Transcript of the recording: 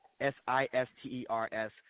S-I-S-T-E-R-S